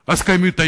אותי,